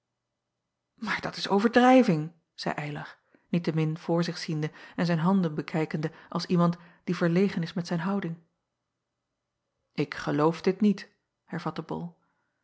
aar dat is overdrijving zeî ylar niet-te-min voor zich ziende en zijn handen bekijkende als iemand die verlegen is met zijn houding k geloof dit niet hervatte ol